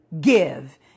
give